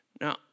Now